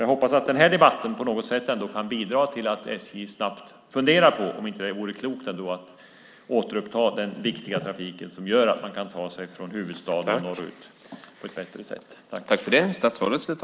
Jag hoppas att den här debatten på något sätt kan bidra till att SJ snabbt funderar på om det ändå inte vore klokt att återuppta den viktiga trafiken som gör att man kan ta sig från huvudstaden norrut på ett bättre sätt.